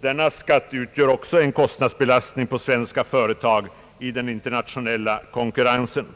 Denna skatt utgör också en kostnadsbelastning på svenska företag i den internationella konkurrensen.